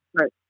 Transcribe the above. Right